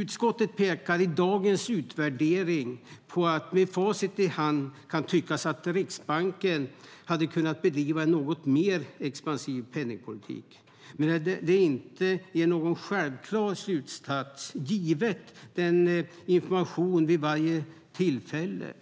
Utskottet pekar i dagens utvärdering på att det med facit i hand kan tyckas att Riksbanken hade kunnat bedriva en något mer expansiv penningpolitik. Det är inte någon självklar slutsats, givet informationen vid varje tillfälle.